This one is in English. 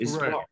Right